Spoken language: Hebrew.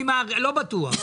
אני מעריך, לא בטוח.